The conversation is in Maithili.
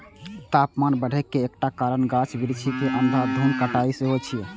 तापमान बढ़े के एकटा कारण गाछ बिरिछ के अंधाधुंध कटाइ सेहो छै